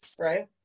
right